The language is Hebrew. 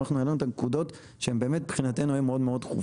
אבל אנחנו העלינו את הנקודות שהן באמת מבחינתנו היו מאוד דחופות.